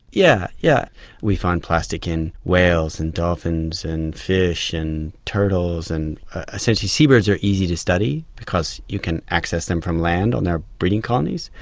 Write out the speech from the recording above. yeah yeah we find plastic in whales and dolphins and fish and turtles, and essentially seabirds are easy to study because you can access them from land on their breeding colonies,